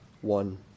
one